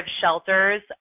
shelters